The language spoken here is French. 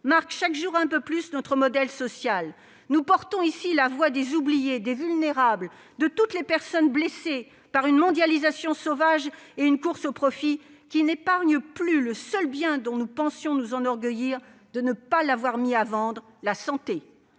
marquent chaque jour un peu plus notre modèle social. Nous portons ici la voix des oubliés, des vulnérables, de toutes les personnes blessées par une mondialisation sauvage et une course au profit qui n'épargnent plus le seul bien dont nous pensions nous enorgueillir de ne pas l'avoir mis à vendre : la santé.